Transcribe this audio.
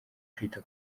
kwita